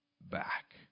back